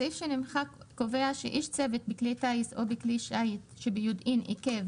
הסעיף שנמחק קובע שאיש צוות בכלי טיס או בכלי שיט שביודעין עיכב.